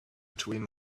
between